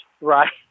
right